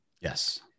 Yes